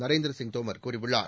நரேந்திர சிங் தோமர் கூறியுள்ளார்